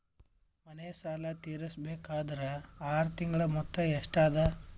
ಮನೆ ಸಾಲ ತೀರಸಬೇಕಾದರ್ ಆರ ತಿಂಗಳ ಮೊತ್ತ ಎಷ್ಟ ಅದ?